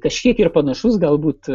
kažkiek ir panašus galbūt